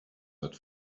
that